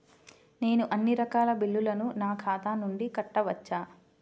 నేను అన్నీ రకాల బిల్లులను నా ఖాతా నుండి కట్టవచ్చా?